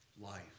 life